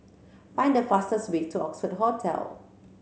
find the fastest way to Oxford Hotel